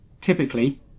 Typically